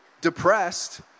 depressed